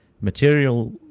material